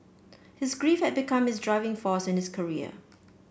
his grief had become his driving force in his career